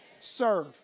serve